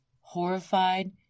horrified